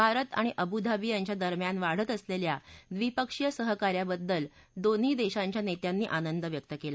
भारत आणि अबूधाबी यांच्या दरम्यान वाढत असलस्वा द्विपक्षीय सहकार्याबद्दल दोन्ही दक्षीच्या नस्यांनी आनंद व्यक्त कली